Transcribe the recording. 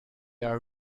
are